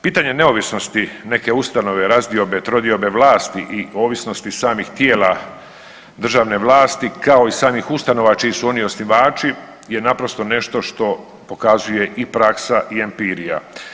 Pitanje neovisnosti neke ustanove, razdiobe, trodiobe vlasti i ovisnosti samih tijela državne vlasti kao i samih ustanova čiji su oni osnivači je naprosto nešto što pokazuje i praksa i empirija.